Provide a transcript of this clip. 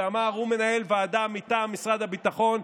הוא מנהל ועדה מטעם משרד הביטחון,